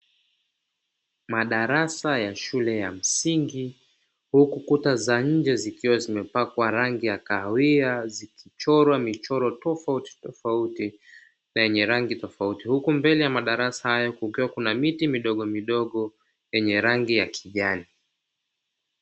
Madarasa ya shule za msngi huku kuta za nje zikiwa zimepakwa rangi ya kahawia, zikichorwa michoro tofautitofauti na yenye rangi tofauti huku mbele ya madarasa hayo kukiwa kuna miti midogomidogo yenye rangi ya kijani.